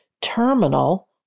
terminal